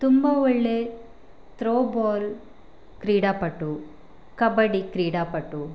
ತುಂಬ ಒಳ್ಳೆಯ ತ್ರೋಬಾಲ್ ಕ್ರೀಡಾಪಟು ಕಬಡ್ಡಿ ಕ್ರೀಡಾಪಟು